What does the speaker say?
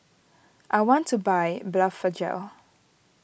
I want to buy Blephagel